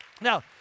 Now